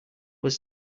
was